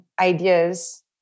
ideas